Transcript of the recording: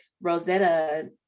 Rosetta